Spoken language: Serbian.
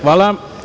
Hvala.